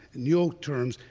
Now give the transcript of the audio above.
in the old terms,